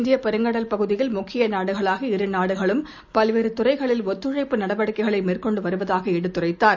இந்தியபெருங்கடல் பகுதியில் முக்கியநாடுகளாக இரு நாடுகளும் பல்வேறுதுறைகளில் ஒத்துழைப்பு நடவடிக்கைகளைமேற்கொண்டுவருவதாகஎடுத்துரைத்தார்